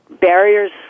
barriers